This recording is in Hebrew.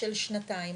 של שנתיים.